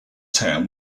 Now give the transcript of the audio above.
town